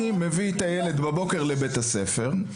אני מביא את הילד בבוקר לבית-הספר,